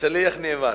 שליח נאמן.